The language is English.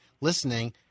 listening